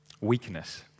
weakness